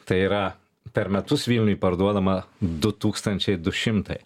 tai yra per metus vilniuj parduodama du tūkstančiai du šimtai